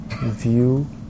view